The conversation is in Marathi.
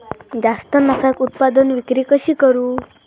जास्त नफ्याक उत्पादन विक्री कशी करू?